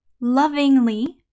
Lovingly